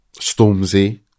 Stormzy